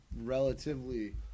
relatively